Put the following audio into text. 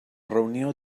reunió